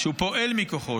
שהוא פועל מכוחו,